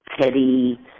Teddy